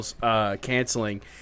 canceling